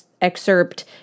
excerpt